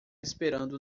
esperando